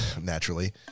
naturally